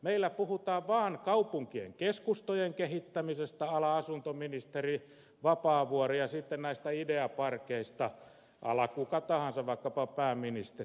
meillä puhutaan vaan kaupunkien keskustojen kehittämisestä a la asuntoministeri vapaavuori ja sitten näistä ideaparkeista a la kuka tahansa vaikkapa pääministeri